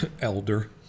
Elder